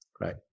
right